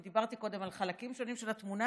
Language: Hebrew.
אם דיברתי קודם על חלקים שונים של התמונה,